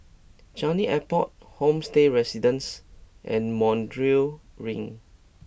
Changi Airport Homestay Residences and Montreal Ring